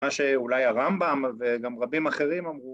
‫מה שאולי הרמב״ם ‫וגם רבים אחרים אמרו...